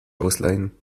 ausleihen